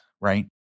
right